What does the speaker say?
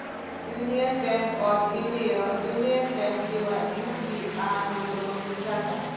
union bank of India, union bank किंवा UBI म्हणून ओळखली जाता